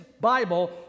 Bible